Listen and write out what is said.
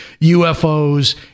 UFOs